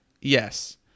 Yes